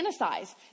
fantasize